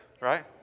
right